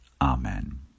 Amen